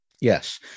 Yes